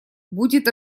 будет